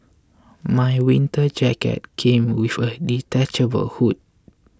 my winter jacket came with a detachable hood